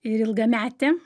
ir ilgametė